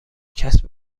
کسب